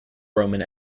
roman